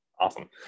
Awesome